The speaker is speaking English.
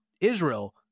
Israel